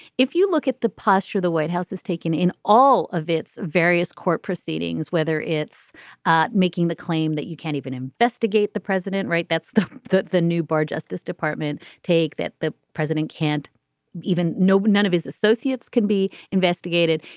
if you look at the posture the white house is taking in all of its various court proceedings whether it's making the claim that you can't even investigate the president right. that's the the new bar justice department take that. the president can't even know none of his associates can be investigated.